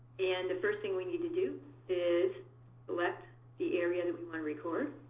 and the first thing we need to do is select the area that we want to record.